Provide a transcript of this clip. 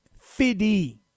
fiddy